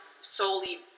solely